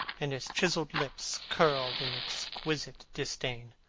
and his chiselled lips curled in exquisite disdain.